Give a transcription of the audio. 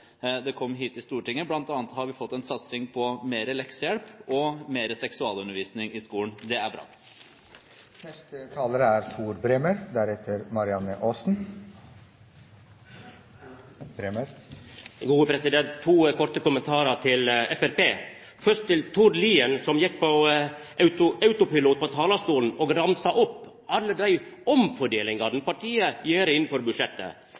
det kom hit til Stortinget. Blant annet har vi fått en satsing på mer leksehjelp og mer seksualundervisning i skolen. Det er bra. Tor Bremer har hatt ordet to ganger i debatten og får ordet til en kort merknad, begrenset til 1 minutt. Eg har to korte kommentarar til Framstegspartiet – først til Tord Lien. Han gjekk på autopilot på talarstolen og ramsa opp alle dei